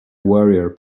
warrior